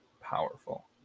powerful